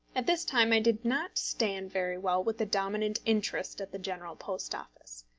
at this time i did not stand very well with the dominant interest at the general post office.